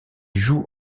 joue